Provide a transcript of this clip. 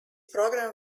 program